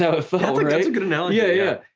so a good analogy. yeah,